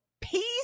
peace